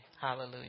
Hallelujah